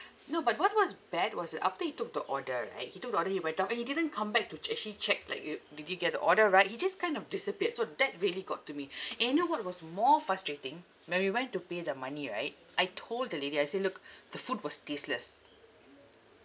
no but what was bad was uh after he took the order right he took the order he went out and he didn't come back to ch~ actually check like you did he get the order right he just kind of disappeared so that really got to me and you know what was more frustrating when we went to pay the money right I told the lady I said look the food was tasteless